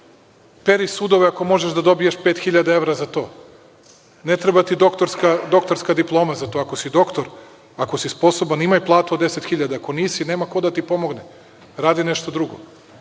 peri sudove ako možeš da dobiješ 5.000 evra za to, ne treba ti doktorska diploma za to, ako si doktor, ako si sposoban imaj platu od 10.000, ako nisi nema ko da ti pomogne, radi nešto drugo. Zato